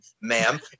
ma'am